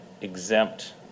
exempt